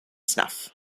snuff